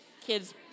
kids